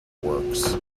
works